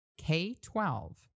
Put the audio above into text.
K12